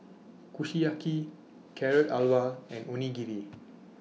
Kushiyaki Carrot Halwa and Onigiri